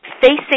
facing